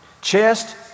chest